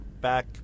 back